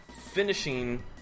Finishing